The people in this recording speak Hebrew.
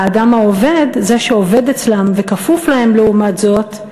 האדם העובד, זה שעובד אצלם וכפוף להם, לעומת זאת,